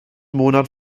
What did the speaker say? monat